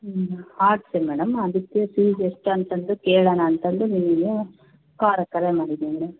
ಹ್ಞೂ ಹ್ಞೂ arts madam ಅದಕ್ಕೆ ಫೀಸ್ ಎಷ್ಟು ಅಂತಂದು ಕೇಳೋಣ ಅಂತಂದು ನಿಮಗೆ ಕಾಲ್ ಕರೆ ಮಾಡಿದ್ದೀನಿ ಮೇಡಮ್